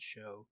Show